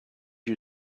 you